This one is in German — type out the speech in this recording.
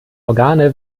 organe